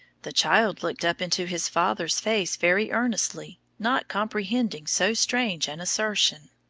the child looked up into his father's face very earnestly, not comprehending so strange an assertion.